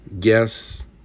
Yes